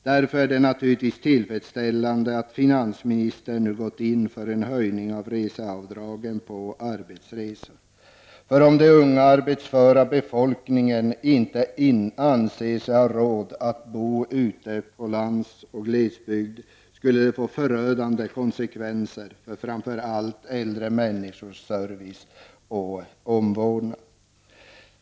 Därför är det naturligtvis tillfredsställande att finansministern nu gått in för en höjning av reseavdragen på arbetsresor. Om den unga, arbetsföra befolkningen inte anser sig ha råd att bo ute på lands och glesbygd skulle det ju få förödande konsekvenser för framför allt äldre människors service och omvårdnad.